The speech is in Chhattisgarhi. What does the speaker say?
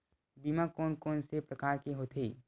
बीमा कोन कोन से प्रकार के होथे?